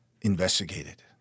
investigated